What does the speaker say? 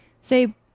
Say